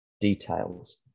details